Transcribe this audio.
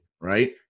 Right